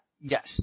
Yes